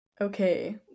Okay